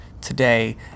today